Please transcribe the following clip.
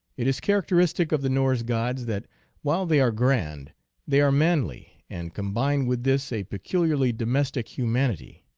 it is characteristic of the norse gods that while they are grand they are manly, and combine with this a peculiarly domestic humanity.